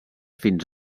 fins